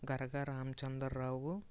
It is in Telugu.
గరగ రాంచందర్ రావు